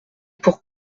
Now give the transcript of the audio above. pour